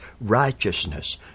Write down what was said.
righteousness